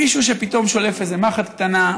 מישהו שפתאום שולף איזו מחט קטנה,